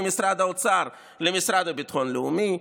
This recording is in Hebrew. ממשרד האוצר למשרד לביטחון לאומי,